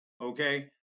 Okay